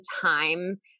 time